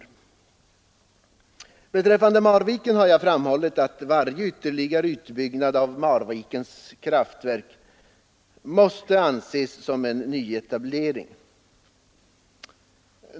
med mark och vat Beträffande Marviken har jag framhållit att varje ytterligare utbyggnad ten av Marvikens kraftverk måste anses som en nyetablering.